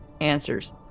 answers